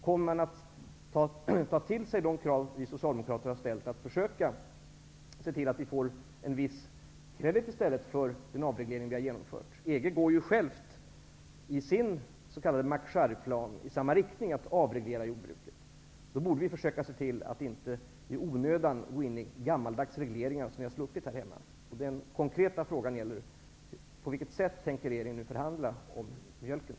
Kommer man att ta till sig de krav som vi socialdemokrater har ställt om att försöka se till att vi får en viss erkänsla för den avreglering vi har genomfört? EG självt går ju i sin s.k. MacSharry-plan i samma riktning för att avreglera jordbruket. Då borde vi försöka se till att inte i onödan gå in i gammaldags regleringar som vi har sluppit här hemma. Den konkreta frågan gäller på vilket sätt regeringen tänker förhandla om mjölken.